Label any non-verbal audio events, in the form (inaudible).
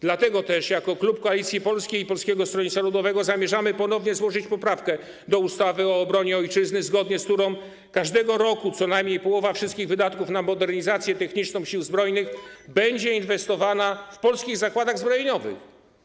Dlatego też jako klub Koalicji Polskiej i Polskiego Stronnictwa Ludowego zamierzamy ponownie złożyć poprawkę do ustawy o obronie ojczyzny, zgodnie z którą każdego roku co najmniej połowa wszystkich wydatków na modernizację techniczną Sił Zbrojnych (noise) będzie inwestowana w polskich zakładach zbrojeniowych.